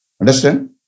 Understand